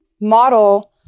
model